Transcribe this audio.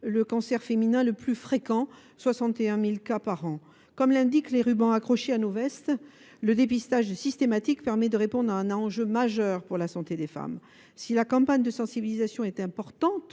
le cancer féminin le plus fréquent – 61 000 cas par an. Comme l’indiquent les rubans accrochés à nos vestes, le dépistage systématique permet de répondre à un enjeu majeur pour la santé des femmes. Si la campagne de sensibilisation est importante,